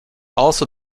also